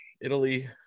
Italy